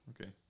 Okay